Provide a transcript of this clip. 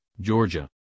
georgia